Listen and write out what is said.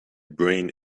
brain